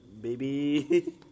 baby